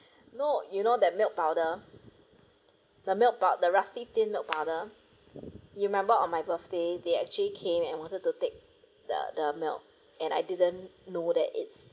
no you know that milk powder the milk pow~ the rusty tin milk powder you remember on my birthday they actually came and wanted to take the the milk and I didn't know that it's